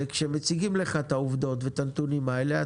וכשמציגים לך את העובדות ואת הנתונים האלה,